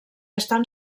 estan